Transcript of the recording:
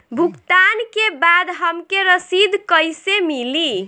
भुगतान के बाद हमके रसीद कईसे मिली?